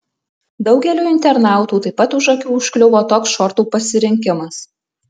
daugeliui internautų taip pat už akių užkliuvo toks šortų pasirinkimas